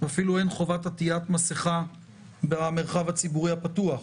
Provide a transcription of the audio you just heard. ואפילו אין חובת עטית מסכה במרחב הציבורי הפתוח.